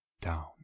down